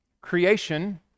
Creation